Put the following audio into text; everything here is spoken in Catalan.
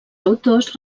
autors